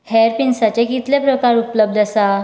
हेर पिन्सांचे कितलें प्रकार उपलब्ध आसात